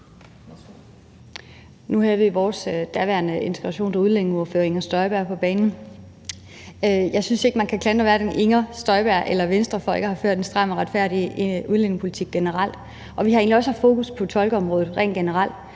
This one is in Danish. Nu havde vi vores daværende integrations- og udlændingeordfører, Inger Støjberg, på banen. Jeg synes ikke, man kan klandre hverken Inger Støjberg eller Venstre for ikke at have ført en stram og retfærdig udlændingepolitik generelt, og vi har egentlig også haft fokus på tolkeområdet helt generelt.